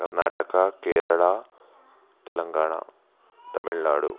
Karnataka Kerala Telangana Tamil Nadu